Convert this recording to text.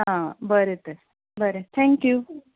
आं बरें तर बरें थेंक यू